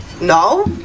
No